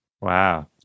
Wow